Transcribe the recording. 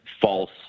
false